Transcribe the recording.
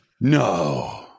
no